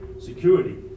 security